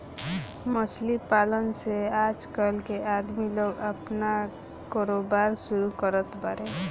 मछली पालन से आजकल के आदमी लोग आपन कारोबार शुरू करत बाड़े